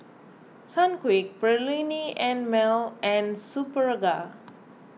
Sunquick Perllini and Mel and Superga